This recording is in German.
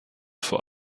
vor